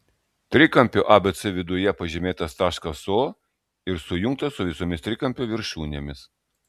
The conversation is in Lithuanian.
trikampio abc viduje pažymėtas taškas o ir sujungtas su visomis trikampio viršūnėmis